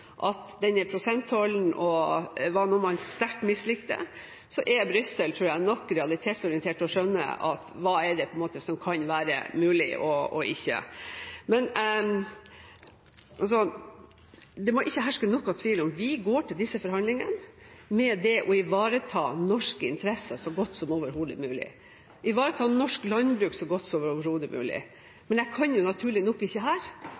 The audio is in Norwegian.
at denne prosenttollen var noe man sterkt mislikte, er Brussel – tror jeg – nok realitetsorientert til å skjønne hva det er som kan være mulig og ikke. Det må ikke herske noen tvil om at vi går til disse forhandlingene med det å ivareta norske interesser så godt som overhodet mulig, ivareta norsk landbruk så godt som overhodet mulig. Men jeg kan naturlig nok ikke her